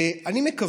ואני מקווה,